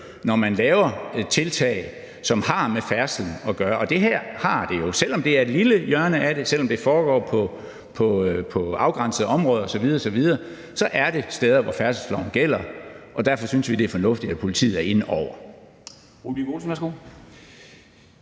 når man laver tiltag, som har med færdsel at gøre. Og det har det her jo. Selv om det er et lille hjørne af det, selv om det foregår på afgrænsede områder osv. osv., så er det steder, hvor færdselsloven gælder, og derfor synes vi, det er fornuftigt, at politiet er inde over.